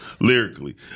Lyrically